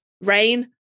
Rain